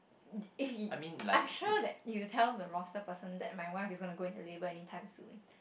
i'm sure that you tell the roaster person that my wife is going to go into labor anytime soon